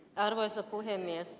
arvoisa puhemies